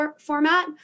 format